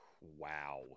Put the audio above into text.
Wow